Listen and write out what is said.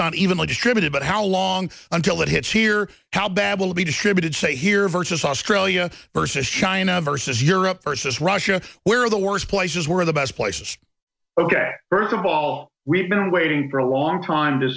not evenly distributed but how long until it hits here how bad will be distributed say here versus australia versus china versus europe versus russia where the worst places were the best places ok first of all we've been waiting for a long time to